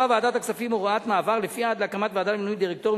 ועדת הכספים קבעה הוראת מעבר שלפיה עד להקמת ועדה למינוי דירקטורים